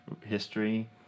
history